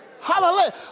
Hallelujah